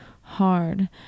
hard